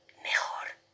mejor